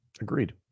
Agreed